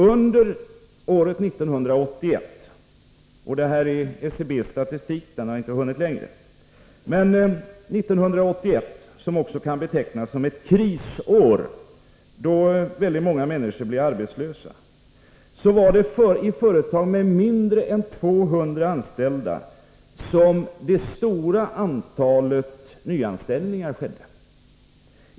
Under år 1981 — som kan betecknas som ett krisår då väldigt många människor blev arbetslösa — var det i företag med mindre än 200 anställda som det stora antalet nyanställningar skedde.